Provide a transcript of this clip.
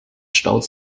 staut